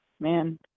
Man